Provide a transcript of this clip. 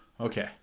okay